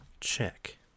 check